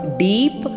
deep